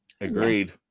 Agreed